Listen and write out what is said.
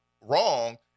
wrong